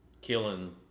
killing